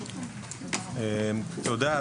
תודה.